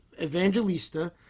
Evangelista